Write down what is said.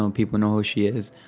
um people know who she is.